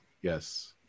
Yes